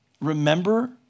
remember